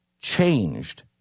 changed